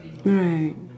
right